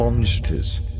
Monsters